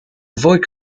avoid